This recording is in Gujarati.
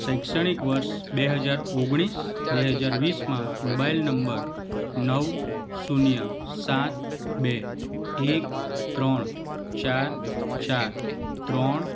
શૈક્ષણિક વર્ષ બે હજાર ઓગણીસ બે હજાર વીસમાં મોબાઈલ નંબર નવ શૂન્ય સાત બે એક ત્રણ ચાર ચાર ત્રણ